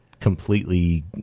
completely